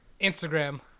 Instagram